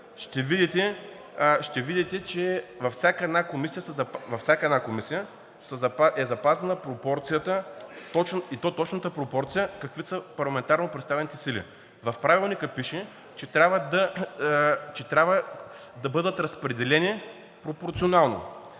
ще видите, че във всяка една комисия е запазена пропорцията, и то точната пропорция – каквито са парламентарно представените сили. В Правилника пише, че трябва да бъдат разпределени пропорционално.